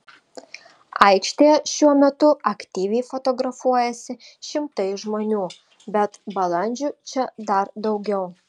aikštėje šiuo metu aktyviai fotografuojasi šimtai žmonių bet balandžių čia dar daugiau